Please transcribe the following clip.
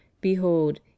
behold